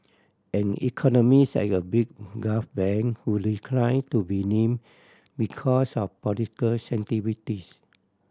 an economist at a big Gulf bank who decline to be name because of political sensitivities